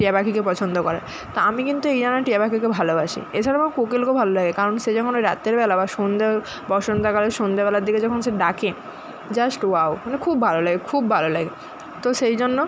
টিয়া পাখিকে পছন্দ করার তা আমি কিন্তু এই জন্য টিয়া পাখিকে ভালোবাসি এছাড়াও আমার কোকিলকেও ভালো লাগে কারণ সে যখন ওই রাতেরবেলা বা সন্ধ্যে বসন্তকালে সন্ধ্যেবেলার দিকে যখন সে ডাকে জাস্ট ওয়াও মানে খুব ভালো লাগে খুব ভালো লাগে তো সেই জন্য